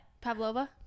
Pavlova